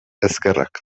ezkerrak